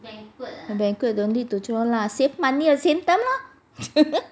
banquet ah don't need to throw lah save money and save time lor